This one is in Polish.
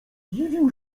dziwił